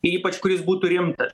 ypač kuris būtų rimtas